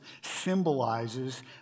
symbolizes